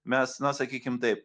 mes na sakykim taip